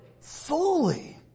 fully